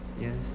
yes